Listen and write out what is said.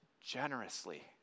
generously